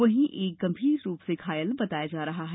वहीं एक गंभीर रुप र्स घायल बताया जा रहा है